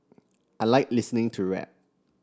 I like listening to rap